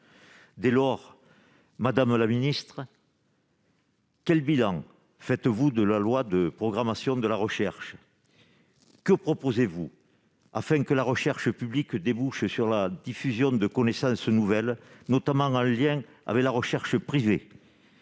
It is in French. Dès lors, madame la ministre, quel bilan faites-vous de cette loi ? Que proposez-vous afin que la recherche publique débouche sur la diffusion de connaissances nouvelles, notamment en lien avec la recherche privée,